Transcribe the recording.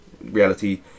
reality